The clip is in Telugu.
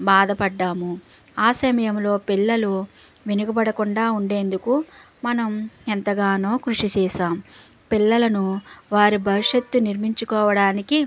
బాధ పడ్డాము ఆ సమయంలో పిల్లలు వెనకబడకుండా ఉండేందుకు మనం ఎంతగానో కృషి చేశాం పిల్లలను వారి భవిష్యత్తును నిర్మించుకోవడానికి